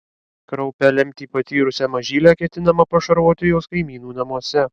kraupią lemtį patyrusią mažylę ketinama pašarvoti jos kaimynų namuose